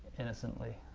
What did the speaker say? innocently?